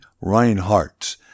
Reinhardt